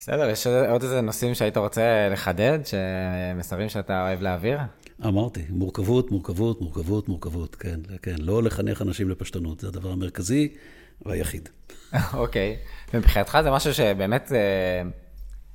בסדר, יש עוד איזה נושאים שהיית רוצה לחדד, שמסרים שאתה אוהב להעביר? אמרתי, מורכבות, מורכבות, מורכבות, מורכבות, כן. כן, לא לחנך אנשים לפשטנות, זה הדבר המרכזי והיחיד. אוקיי. מבחינתך זה משהו שבאמת... זה...